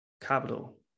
capital